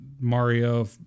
Mario